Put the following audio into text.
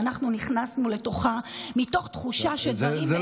שאנחנו נכנסנו לתוכה מתוך תחושה שדברים באמת יהיו אחרת,